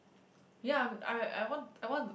ya I I want I want